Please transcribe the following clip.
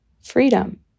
freedom